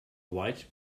white